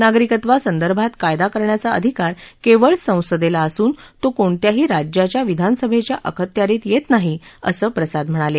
नागरिकत्वा संदर्भात कायदा करण्याचा आधिकार केवळ संसदेला असून तो कोणत्याही राज्याच्या विधानसभेच्या अखत्यारित येत नाही असं प्रसाद म्हणाले